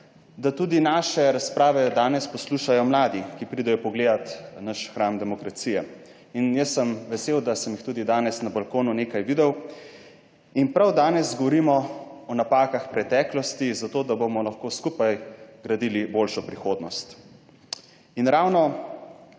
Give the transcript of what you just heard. da tudi naše razprave danes poslušajo mladi, ki pridejo pogledat naš hram demokracije, in jaz sem vesel, da sem jih tudi danes na balkonu nekaj videl. In prav danes govorimo o napakah preteklosti, zato da bomo lahko skupaj gradili boljšo prihodnost. In ravno